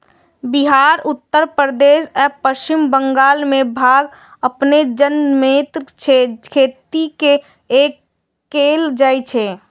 बिहार, उत्तर प्रदेश आ पश्चिम बंगाल मे भांग अपने जनमैत छै, खेती नै कैल जाए छै